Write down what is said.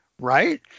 Right